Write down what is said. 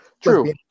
True